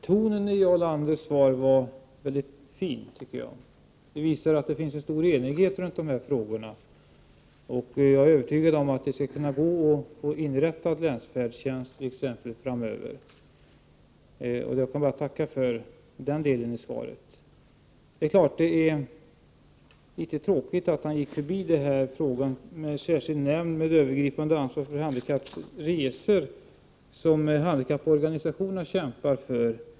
Herr talman! Jag tycker att tonen i Jarl Landers tal var fin. Den visar att det finns en stor enighet i dessa frågor. Jag är övertygad om att det t.ex. skall vara möjligt att inrätta en länsfärdstjänst framöver. Jag vill bara tacka för den delen av svaret. Det är klart att det är litet tråkigt att han inte närmare har kommenterat frågan om särskild nämnd med övergripande ansvar för handikappades resor, som handikapporganisationerna kämpar för.